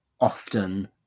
often